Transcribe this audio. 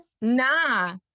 Nah